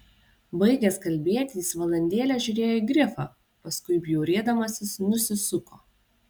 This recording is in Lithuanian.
baigęs kalbėti jis valandėlę žiūrėjo į grifą paskui bjaurėdamasis nusisuko